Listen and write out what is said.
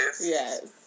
Yes